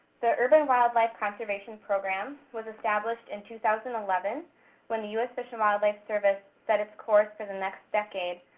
the urban wildlife conservation program was established in two thousand and eleven when the u s. fish and wildlife service set its course for the next decade,